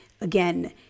again